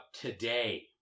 today